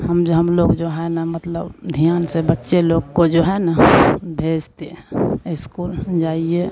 हम जो हम लोग जो है ना मतलब ध्यान से बच्चे लोग को जो है ना भेजते हैं इस्कूल जाइए